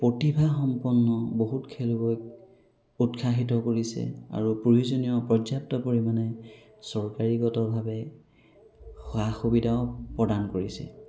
প্ৰতিভাসম্পন্ন বহুত খেলুৱৈক উৎসাহিত কৰিছে আৰু প্ৰয়োজনীয় পৰ্যাপ্ত পৰিমাণে চৰকাৰীগতভাৱে সা সুবিধাও প্ৰদান কৰিছে